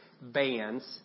bands